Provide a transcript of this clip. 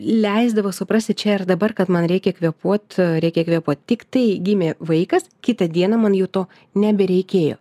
leisdavo suprasti čia ir dabar kad man reikia kvėpuot reikia kvėpuot tiktai gimė vaikas kitą dieną man jau to nebereikėjo